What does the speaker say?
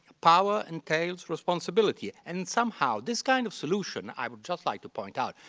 power entails responsibility. and somehow this kind of solution, i would just like to point out,